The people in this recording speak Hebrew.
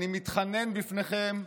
אני מתחנן בפניכם,